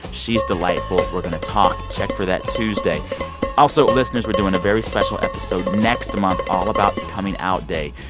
she's delightful. we're going to talk. check for that tuesday also, listeners, we're doing a very special episode next month all about coming out day,